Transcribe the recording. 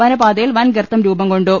വന പാതയിൽ വൻ ഗർത്തം രൂപം കൊണ്ടു